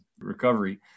recovery